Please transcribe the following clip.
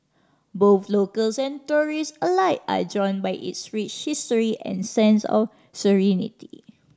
both locals and tourists alike are drawn by its rich history and sense of serenity